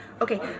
okay